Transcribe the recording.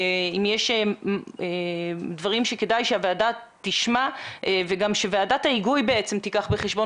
אם יש דברים שכדאי שהוועדה תשמע וגם שוועדת ההיגוי תיקח בחשבון.